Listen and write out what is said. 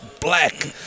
black